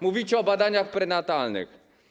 Mówicie o badaniach prenatalnych.